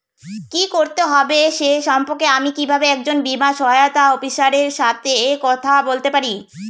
কী করতে হবে সে সম্পর্কে আমি কীভাবে একজন বীমা সহায়তা অফিসারের সাথে কথা বলতে পারি?